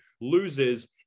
loses